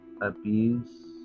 abuse